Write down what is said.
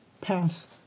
pass